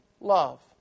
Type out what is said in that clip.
love